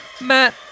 Matt